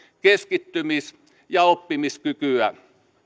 keskittymis ja oppimiskykyä